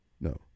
No